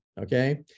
okay